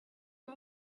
him